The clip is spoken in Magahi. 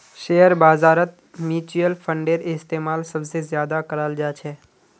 शेयर बाजारत मुच्युल फंडेर इस्तेमाल सबसे ज्यादा कराल जा छे